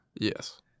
Yes